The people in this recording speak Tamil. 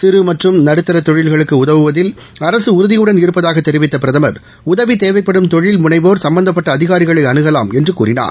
சிறு மற்றும் நடுத்தர தொழில்களுக்கு உதவுவதில் அரசு உறுதியுடன் இருப்பதாக தெரிவித்த பிரதம் உதவி தேவைப்படும் தொழில் முனைவோா் சம்பந்தப்பட்ட அதிகாரிகளை அனுகலாம் என்று கூறினார்